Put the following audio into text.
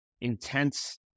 intense